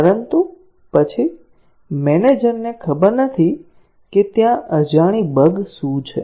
પરંતુ પછી મેનેજરને ખબર નથી કે ત્યાં અજાણી બગ શું છે